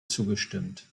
zugestimmt